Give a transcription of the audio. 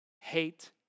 hate